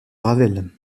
ravel